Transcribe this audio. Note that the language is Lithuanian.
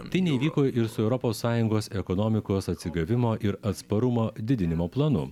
tai neįvyko ir su europos sąjungos ekonomikos atsigavimo ir atsparumo didinimo planu